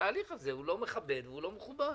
שהתהליך הזה לא מכבד ולא מכובד.